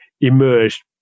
emerged